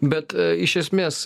bet iš esmės